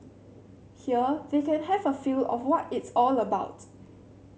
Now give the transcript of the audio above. here they can have a feel of what it's all about